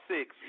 six